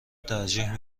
ترجیح